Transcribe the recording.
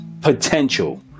potential